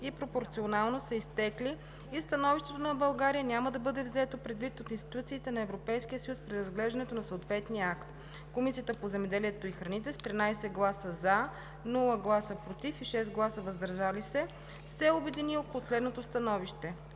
и пропорционалност са изтекли и становището на България няма да бъде взето предвид от институциите на Европейския съюз при разглеждането на съответния акт, Комисията по земеделието и храните с 13 гласа – „за“, без „против“ и 6 „въздържал се“ се обедини около следното становище: